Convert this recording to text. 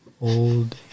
Old